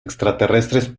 extraterrestres